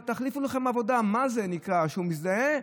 תחליפו לכם עבודה, מה זה נקרא שהוא מזדהה?